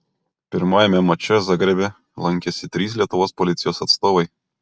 pirmajame mače zagrebe lankėsi trys lietuvos policijos atstovai